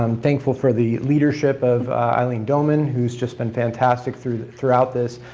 um thankful for the leadership of eileen dohmann who's just been fantastic through throughout this,